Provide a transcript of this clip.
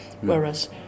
Whereas